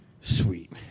Sweet